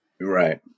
Right